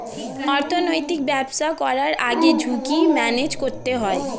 অর্থনৈতিক ব্যবসা করার আগে ঝুঁকি ম্যানেজ করতে হয়